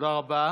תודה רבה.